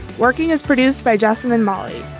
working is produced by justin and molly.